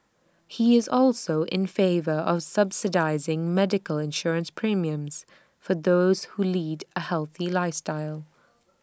he is also in favour of subsidising medical insurance premiums for those who lead A healthy lifestyle